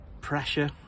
pressure